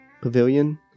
Pavilion